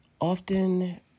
often